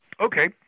Okay